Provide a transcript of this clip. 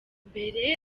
mbere